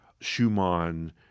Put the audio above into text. Schumann